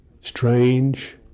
strange